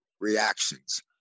reactions